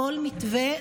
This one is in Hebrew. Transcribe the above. כל מתווה,